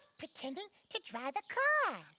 pretending to drive a car.